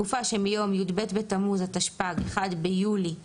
בתקופה שמיום י"ב בתמוז התשפ"ג (1 ביולי 2023)